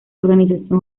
organización